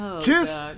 Kiss